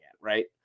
right